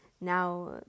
Now